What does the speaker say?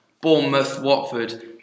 Bournemouth-Watford